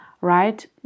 right